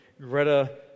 Greta